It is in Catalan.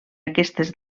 aquestes